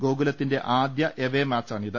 ഗോകുലത്തിന്റെ ആദ്യ എവെ മാച്ചാണിത്